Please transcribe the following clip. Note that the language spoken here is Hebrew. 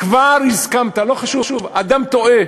כבר הסכמת, לא חשוב, אדם טועה.